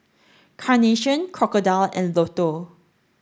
Carnation Crocodile and Lotto